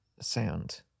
sound